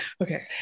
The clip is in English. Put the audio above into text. Okay